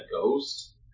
ghost